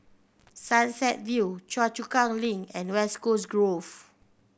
Sunset View Choa Chu Kang Link and West Coast Grove